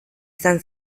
izan